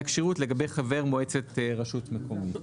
הכשירות לגבי חבר מועצת רשות מקומית,